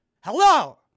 Hello